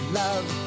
love